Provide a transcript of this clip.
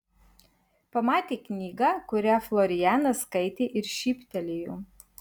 pamatė knygą kurią florianas skaitė ir šyptelėjo